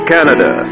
Canada